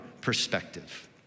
perspective